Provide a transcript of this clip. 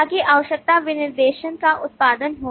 ताकि आवश्यकता विनिर्देशन का उत्पादन हो